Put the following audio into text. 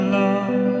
love